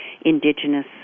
indigenous